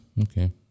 okay